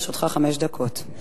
לרשותך חמש דקות.